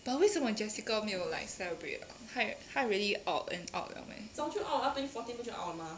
but 为什么 jessica 没有 like celebrate ah 她她 really out and out 了 meh